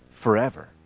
forever